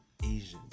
Asians